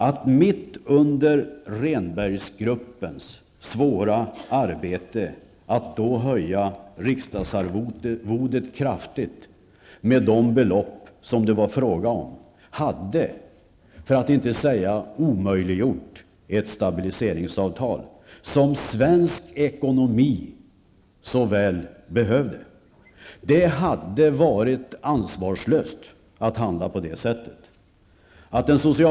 Att mitt under Rehnbergsgruppens svåra arbete höja riksdagsledamotsarvodet med det belopp som det var fråga om hade försvårat för att inte säga omöjliggjort ett stabiliseringsavtal, som svensk ekonomi så väl behövde. Det hade varit ansvarslöst att handla på det sättet.